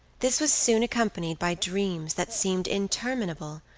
this was soon accompanied by dreams that seemed interminable,